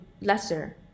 lesser